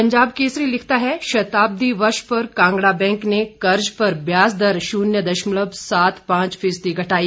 पंजाब केसरी लिखता है शताब्दी वर्ष पर कांगड़ा बैंक ने कर्ज पर ब्याज दर शुन्य दशमलव सात पांच फीसदी घटाई